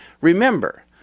Remember